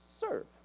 serve